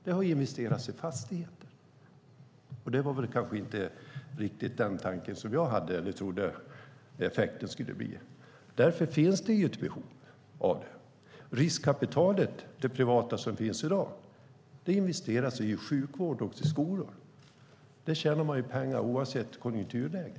Det har investerats i fastigheter, och det var inte riktigt tanken. Därför finns det ett behov. Det privata riskkapital som finns i dag investeras i sjukvård och skolor. Där tjänar man pengar oavsett konjunkturläge.